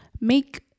make